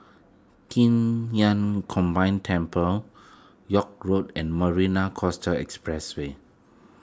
Qing Yun Combined Temple York Road and Marina Coastal Expressway